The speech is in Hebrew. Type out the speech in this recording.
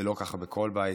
זה לא ככה בכל בית.